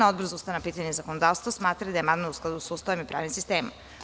Odbor za ustavna pitanja i zakonodavstvo smatra da je amandman u skladu sa Ustavom i pravnim sistemom.